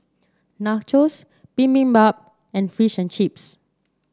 Nachos Bibimbap and Fish and Chips